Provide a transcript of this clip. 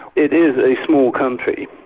it is a small country,